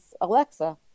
Alexa